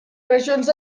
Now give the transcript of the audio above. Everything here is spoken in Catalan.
regions